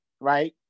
right